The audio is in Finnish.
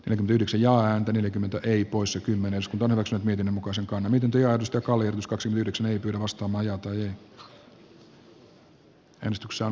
en ryhdy sijaan yli kymmentä eri poissa kymmenes on osa niiden mukaan se on eniten työllistä collins kaksi yhdeksän nauti eduskunnan luottamusta